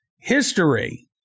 history